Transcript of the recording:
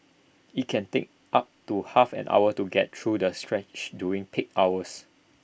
IT can take up to half an hour to get through the stretch during peak hours